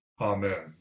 Amen